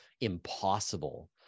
impossible